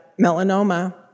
melanoma